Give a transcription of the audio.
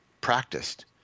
practiced